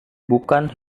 bukan